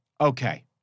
okay